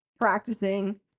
practicing